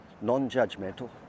non-judgmental